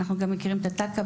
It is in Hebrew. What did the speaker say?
אנחנו מכירים גם את תק"א.